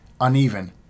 uneven